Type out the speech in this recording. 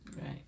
Right